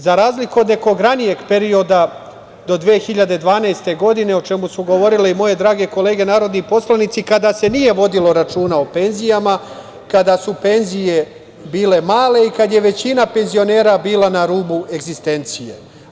Za razliku od nekog ranijeg perioda do 2012. godine, o čemu su govorile i moje drage kolege narodni poslanici, kada se nije vodilo računa o penzijama, kada su penzije bile male i kada je većina penzionera bila na rubu egzistencije.